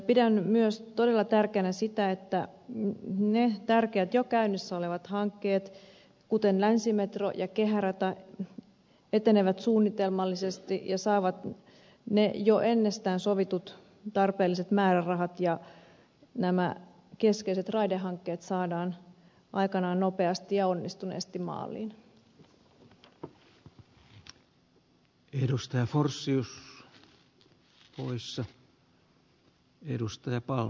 pidän myös todella tärkeänä sitä että ne tärkeät jo käynnissä olevat hankkeet kuten länsimetro ja kehärata etenevät suunnitelmallisesti ja saavat ne jo ennestään sovitut tarpeelliset määrärahat ja nämä keskeiset raidehankkeet saadaan aikanaan nopeasti ja onnistuneesti maaliin